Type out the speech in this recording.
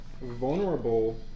vulnerable